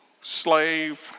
slave